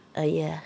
!aiya!